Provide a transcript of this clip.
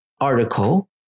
article